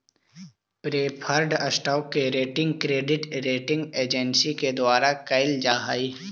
preferred stock के rating credit rating agency के द्वारा कैल जा हइ